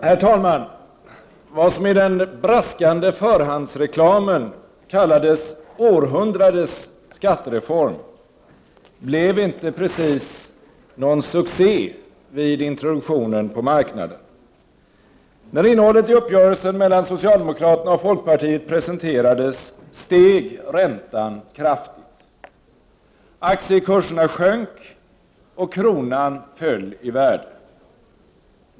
Herr talman! Vad som i den braskande förhandsreklamen kallades århundradets skattereform blev inte precis någon succé vid introduktionen på marknaden. När innehållet i uppgörelsen mellan socialdemokraterna och folkpartiet presenterades, steg räntan kraftigt. Aktiekurserna sjönk, och kronan föll i värde.